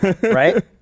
Right